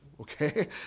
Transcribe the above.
Okay